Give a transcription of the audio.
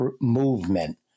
movement